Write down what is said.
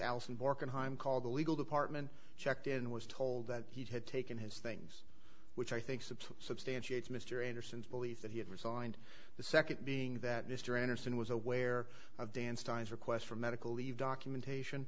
alison borken home called the legal department checked in was told that he had taken his things which i think substantiates mr anderson's belief that he had resigned the second being that mr anderson was aware of dan's times requests for medical leave documentation